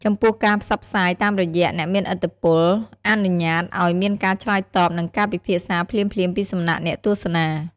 ចំពោះការផ្សព្វផ្សាយតាមរយៈអ្នកមានឥទ្ធិពលអនុញ្ញាតឱ្យមានការឆ្លើយតប និងការពិភាក្សាភ្លាមៗពីសំណាក់អ្នកទស្សនា។